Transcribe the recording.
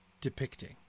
depicting